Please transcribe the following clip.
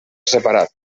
separat